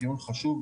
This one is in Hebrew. דיון חשוב,